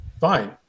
fine